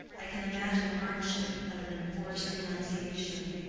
i can imagine the hardship of an enforced renunciation.